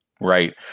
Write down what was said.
Right